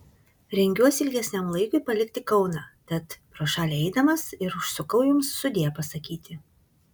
rengiuosi ilgesniam laikui palikti kauną tat pro šalį eidamas ir užsukau jums sudie pasakyti